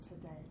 today